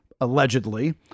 allegedly